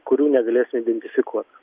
kurių negalės identifikuot